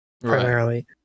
primarily